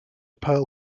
pearl